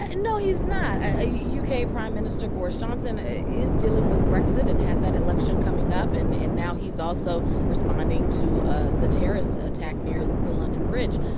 and no, he's not. ah u u k. prime minister boris johnson is dealing with brexit and has that election coming up. and and now he's also responding to ah the terrorist attack near the london bridge.